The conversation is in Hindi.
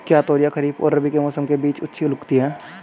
क्या तोरियां खरीफ और रबी के मौसम के बीच में अच्छी उगती हैं?